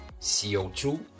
CO2